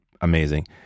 amazing